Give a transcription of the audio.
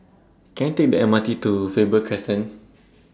Can I Take The M R T to Faber Crescent